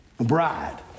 bride